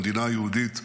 המדינה היהודית,